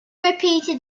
repeated